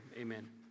Amen